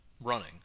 running